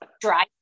dry